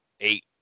eight